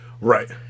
Right